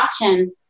watching